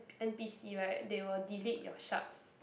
N_P_C right they will delete your shards